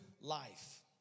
life